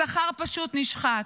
השכר פשוט נשחק,